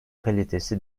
kalitesi